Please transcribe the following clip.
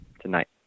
tonight